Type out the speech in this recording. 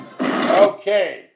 Okay